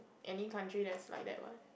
any country that's like that